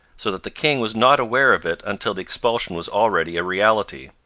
so that the king was not aware of it until the expulsion was already a reality.